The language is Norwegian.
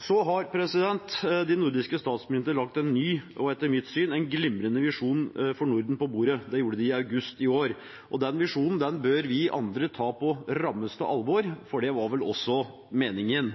De nordiske statsministrene har lagt en ny og etter mitt syn glimrende visjon for Norden på bordet. Det gjorde de i august i år. Den visjonen bør vi andre ta på rammeste alvor, og det var vel også meningen.